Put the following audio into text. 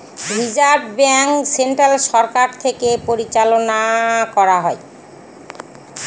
reserve bank central সরকার থেকে পরিচালনা করা হয়